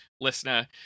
listener